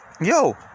Yo